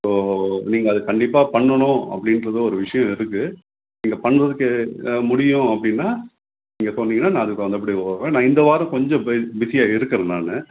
so நீங்கள் அது கண்டிப்பாக பண்ணணும் அப்படின்றது ஒரு விஷயம் இருக்குது நீங்கள் பண்ணுறதுக்கு முடியும் அப்படின்னா நீங்கள் சொன்னீங்கன்னால் நான் அதுக்கு தகுந்தாப்படி வருவேன் நான் இந்த வாரம் கொஞ்சம் பிசியாக இருக்கிறேன் நான்